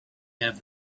have